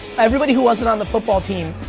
everybody who wasn't on the football team,